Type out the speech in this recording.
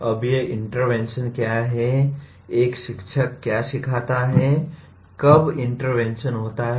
अब ये इंटरवेंशन क्या हैं एक शिक्षक क्या सिखाता है कब इंटरवेंशन होता है